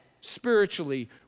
spiritually